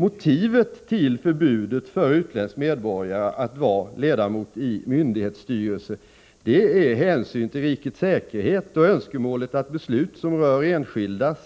Motiven till förbudet för utländsk medborgare att vara ledamot i myndighetsstyrelse är hänsynen till rikets säkerhet och önskemålet att beslut som rör enskildas